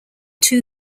two